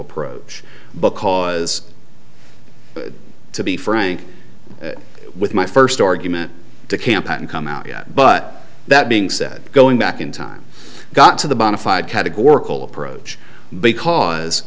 approach because to be frank with my first argument to camp and come out yet but that being said going back in time i got to the b